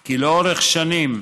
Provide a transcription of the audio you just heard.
כי לאורך שנים,